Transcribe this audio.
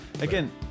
Again